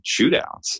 shootouts